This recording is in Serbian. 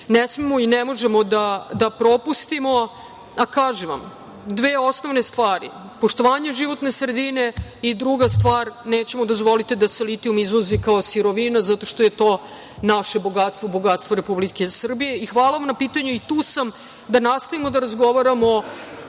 ne smemo i ne možemo da propustimo. Kažem vam, dve osnovne stvari – poštovanje životne sredine i druga stvar – nećemo dozvoliti da se litijum izvozi kao sirovina, zato što je to naše bogatstvo, bogatstvo Republike Srbije. Hvala vam na pitanju. Tu sam da nastavimo da razgovaramo.